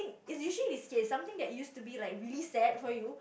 is usually this case something that used to be really sad for you